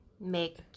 Make